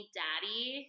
daddy